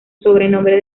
sobrenombre